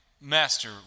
master